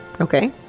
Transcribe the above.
Okay